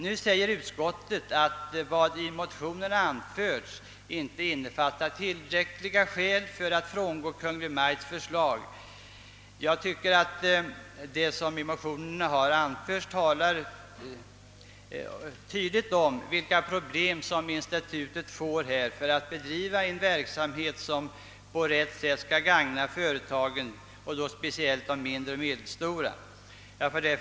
Nu säger utskottet att vad i motionerna anförts inte innefattar tillräckliga skäl för att frångå Kungl. Maj:ts förslag. Jag tycker att vad i motionerna anförts tydligt visar vilka problem institutet står inför då det gäller att kunna bedriva sin verksamhet för att gagna företagen och då speciellt de mindre och medelstora. Herr talman!